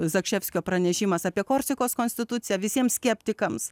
zakšefskio pranešimas apie korsikos konstituciją visiems skeptikams